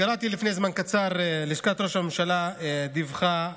קראתי לפני זמן קצר שלשכת ראש הממשלה דיווחה,